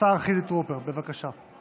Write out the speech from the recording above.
השר חילי טרופר, בבקשה.